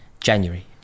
January